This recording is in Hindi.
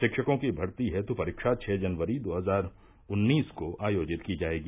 शिक्षकों की भर्ती हेतु परीक्षा छः जनवरी दो हजार उन्नीस को आयोजित की जाएगी